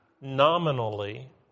nominally